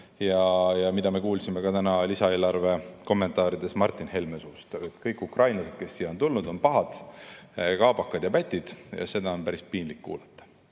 ja mida me kuulsime ka täna lisaeelarve kommentaarides Martin Helme suust: kõik ukrainlased, kes siia on tulnud, on pahad, kaabakad ja pätid. Seda on päris piinlik kuulata.